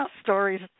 stories